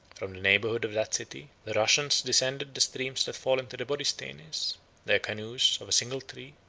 from the neighborhood of that city, the russians descended the streams that fall into the borysthenes their canoes, of a single tree,